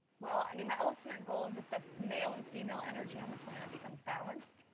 well, i mean, my ultimate goal is that the male and female energy on the planet becomes balanced.